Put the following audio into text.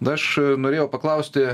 aš norėjau paklausti